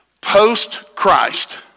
post-Christ